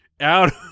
out